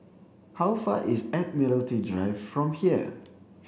how far is Admiralty Drive from here